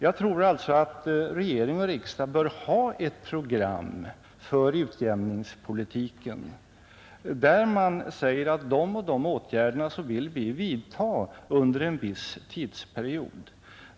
Jag tror alltså att regering och riksdag bör ha ett program för utjämningspolitiken där man säger att de och de åtgärderna vill man vidta under en viss tidsperiod.